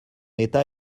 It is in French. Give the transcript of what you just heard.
état